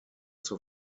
zur